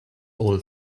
all